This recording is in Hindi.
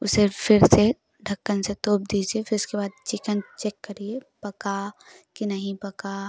उसे फिर से ढक्कन से तोप दीजिए फिर उसके बाद चिकन चेक करिए पका कि नहीं पका